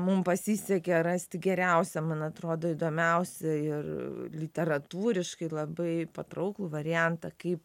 mum pasisekė rasti geriausią man atrodo įdomiausią ir literatūriškai labai patrauklų variantą kaip